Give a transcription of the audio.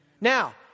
Now